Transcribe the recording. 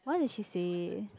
what did she say